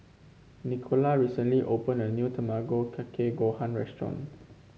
Nicola recently opened a new Tamago Kake Gohan restaurant